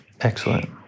Excellent